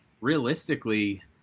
realistically